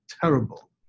terrible